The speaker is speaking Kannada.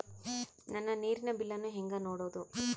ನನ್ನ ನೇರಿನ ಬಿಲ್ಲನ್ನು ಹೆಂಗ ನೋಡದು?